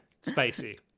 spicy